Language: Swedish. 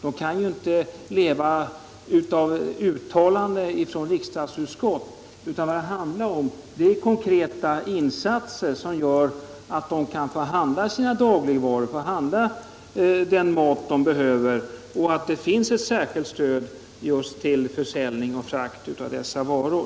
De kan inte leva av uttalanden från riksdagsutskott, utan vad det handlar om är konkreta insatser som gör att de kan få handla sina dagligvaror och att det finns ett särskilt 175 stöd just till försäljning och frakt av dessa varor.